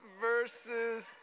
versus